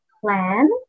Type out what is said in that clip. plan